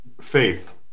Faith